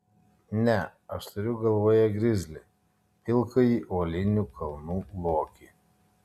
ne aš turiu galvoje grizlį pilkąjį uolinių kalnų lokį